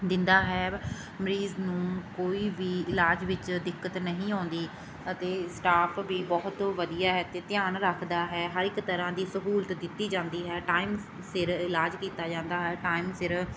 ਦਿੰਦਾ ਹੈ ਮਰੀਜ਼ ਨੂੰ ਕੋਈ ਵੀ ਇਲਾਜ ਵਿੱਚ ਦਿੱਕਤ ਨਹੀਂ ਆਉਂਦੀ ਅਤੇ ਸਟਾਫ ਵੀ ਬਹੁਤ ਵਧੀਆ ਹੈ ਅਤੇ ਧਿਆਨ ਰੱਖਦਾ ਹੈ ਹਰ ਇੱਕ ਤਰ੍ਹਾਂ ਦੀ ਸਹੂਲਤ ਦਿੱਤੀ ਜਾਂਦੀ ਹੈ ਟਾਈਮ ਸ ਸਿਰ ਇਲਾਜ ਕੀਤਾ ਜਾਂਦਾ ਹੈ ਟਾਈਮ ਸਿਰ